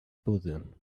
putin